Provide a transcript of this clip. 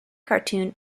cartoon